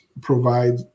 provide